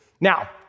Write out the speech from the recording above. Now